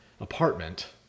apartment